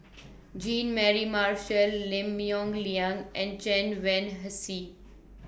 Jean Mary Marshall Lim Yong Liang and Chen Wen Hsi